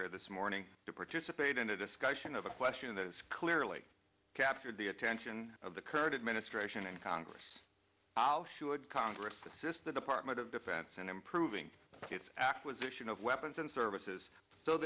here this morning to participate in a discussion of a question of those clearly captured the attention of the current administration and congress should congress assist the department of defense in improving its acquisition of weapons and services so